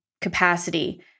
capacity